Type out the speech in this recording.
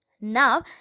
Now